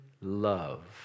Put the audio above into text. love